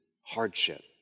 hardship